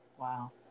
Wow